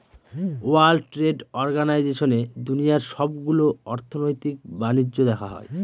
world trade অর্গানাইজেশনে দুনিয়ার সবগুলো অর্থনৈতিক বাণিজ্য দেখা হয়